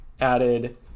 added